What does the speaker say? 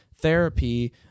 therapy